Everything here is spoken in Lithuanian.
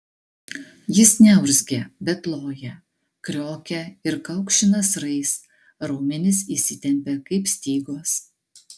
jis neurzgia bet loja kriokia ir kaukši nasrais raumenys įsitempia kaip stygos